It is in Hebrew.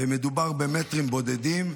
מדובר במטרים בודדים,